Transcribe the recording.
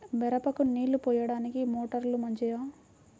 మిరపకు నీళ్ళు పోయడానికి మోటారు మంచిదా?